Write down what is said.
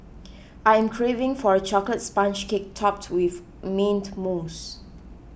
I am craving for a Chocolate Sponge Cake Topped with Mint Mousse